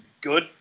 good